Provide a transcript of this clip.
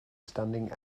standing